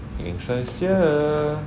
eng sia is here